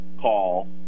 call